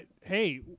Hey